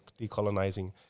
decolonizing